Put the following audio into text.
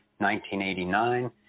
1989